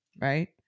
right